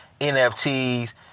NFTs